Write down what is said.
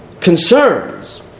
concerns